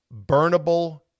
burnable